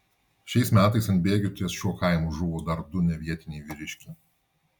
šiais metais ant bėgių ties šiuo kaimu žuvo dar du nevietiniai vyriškiai